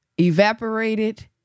evaporated